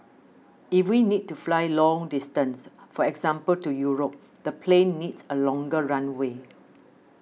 if we need to fly long distance for example to Europe the plane needs a longer runway